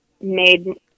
made